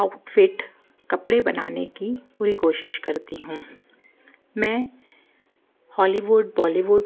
outfit कपड़े बनाने की पूरी कोशिश करती हूँ मैं हॉलीवुड बॉलीवुड